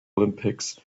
olympics